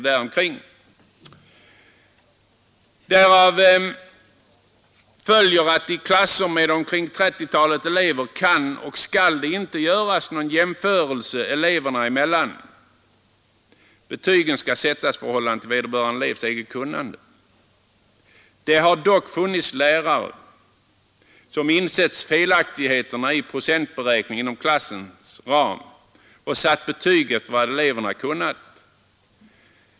Därav följer att det i klasser med omkring 30 elever inte kan eller skall göras någon jämförelse eleverna emellan. Betygen skall sättas efter vederbörande elevs eget kunnande. Det har funnits lärare som insett det felaktiga i att göra en procentberäkning inom klassens ram och som satt betyg efter vad eleverna kunnat.